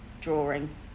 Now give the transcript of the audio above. drawing